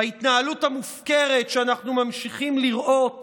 ההתנהלות המופקרת שאנחנו ממשיכים לראות